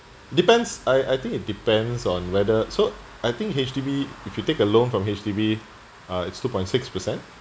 depends I I think it depends on whether so I think H_D_B if you take a loan from H_D_B uh it's two point six percent